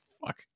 fuck